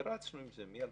ורצנו עם זה מ-2004.